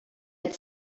had